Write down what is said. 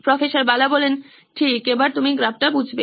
প্রফ্ বালা ঠিক এবার তুমি গ্রাফটা বুঝবে